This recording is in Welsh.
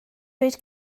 dweud